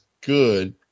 good